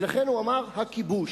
ולכן הוא אמר: הכיבוש.